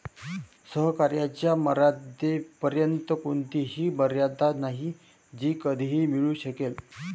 सहकार्याच्या मर्यादेपर्यंत कोणतीही मर्यादा नाही जी कधीही मिळू शकेल